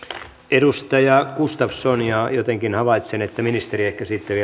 edustaja gustafsson ja jotenkin havaitsen että ministeri ehkä sitten